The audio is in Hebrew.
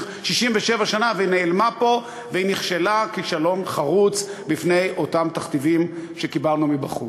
67 שנה ונעלמה פה ונכשלה כישלון חרוץ בפני אותם תכתיבים שקיבלנו מבחוץ?